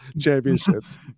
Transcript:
championships